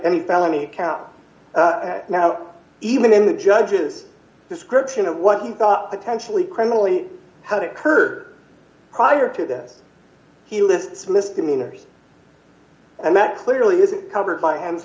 any felony count now even in the judge's description of what he thought the tension lee criminally had occurred prior to this he lists misdemeanors and that clearly isn't covered by hand